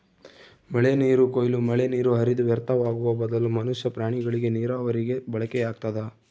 ಮಳೆನೀರು ಕೊಯ್ಲು ಮಳೆನೀರು ಹರಿದು ವ್ಯರ್ಥವಾಗುವ ಬದಲು ಮನುಷ್ಯ ಪ್ರಾಣಿಗಳಿಗೆ ನೀರಾವರಿಗೆ ಬಳಕೆಯಾಗ್ತದ